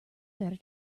better